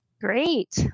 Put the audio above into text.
Great